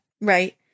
right